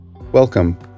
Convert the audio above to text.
Welcome